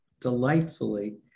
delightfully